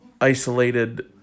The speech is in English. isolated